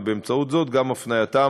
ובאמצעות זה גם הפנייתם